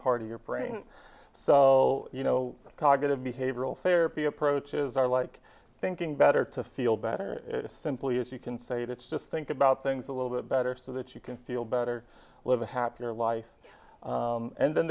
part of your brain so you know cognitive behavioral therapy approaches are like thinking better to feel better simply if you can say that's just think about things a little bit better so that you can feel better live a happier life and then